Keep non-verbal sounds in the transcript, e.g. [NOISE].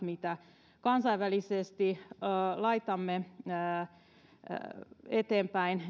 [UNINTELLIGIBLE] mitä kansainvälisesti laitamme eteenpäin